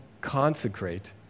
consecrate